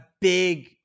big